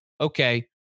Okay